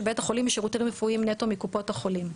בית החולים משירותים רפואיים נטו מקופות החולים.